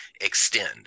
extend